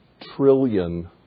trillion